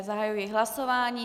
Zahajuji hlasování.